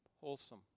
wholesome